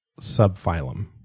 subphylum